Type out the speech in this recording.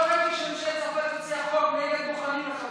לא ראיתי שממשלת צרפת הוציאה חוק נגד דוכנים של חב"ד.